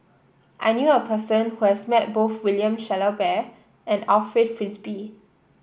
I knew a person who has met both William Shellabear and Alfred Frisby